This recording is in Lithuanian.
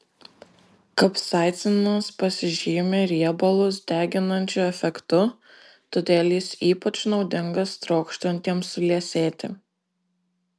kapsaicinas pasižymi riebalus deginančiu efektu todėl jis ypač naudingas trokštantiems suliesėti